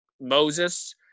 moses